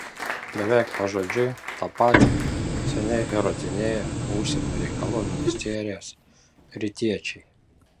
beveik pažodžiui tą patį seniai įrodinėjo užsienio reikalų ministerijos rytiečiai